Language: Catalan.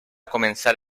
començar